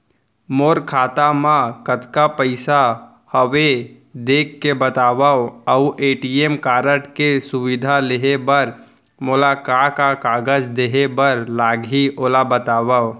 मोर खाता मा कतका पइसा हवये देख के बतावव अऊ ए.टी.एम कारड के सुविधा लेहे बर मोला का का कागज देहे बर लागही ओला बतावव?